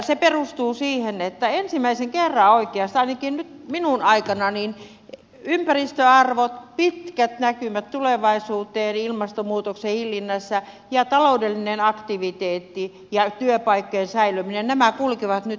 se perustuu siihen että ensimmäisen kerran oikeastaan ainakin nyt minun aikanani ympäristöarvot pitkät näkymät tulevaisuuteen ilmastonmuutoksen hillinnässä ja taloudellinen aktiviteetti ja työpaikkojen säilyminen kulkevat nyt tässä kokonaisuudessa